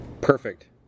Perfect